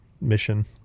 mission